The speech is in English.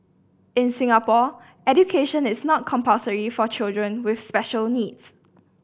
in Singapore education is not compulsory for children with special needs